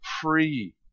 free